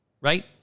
right